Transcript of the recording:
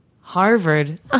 Harvard